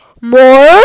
more